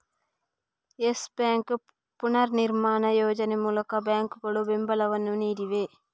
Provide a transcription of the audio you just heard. Yes Bank ಪುನರ್ನಿರ್ಮಾಣ ಯೋಜನೆ ಮೂಲಕ ಬ್ಯಾಂಕುಗಳು ಬೆಂಬಲವನ್ನು ನೀಡಿವೆ